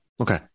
Okay